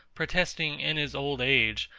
protesting in his old age,